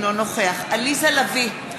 אינו נוכח עליזה לביא,